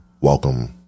welcome